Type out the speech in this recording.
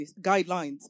guidelines